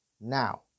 Now